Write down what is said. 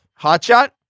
hotshot